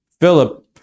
Philip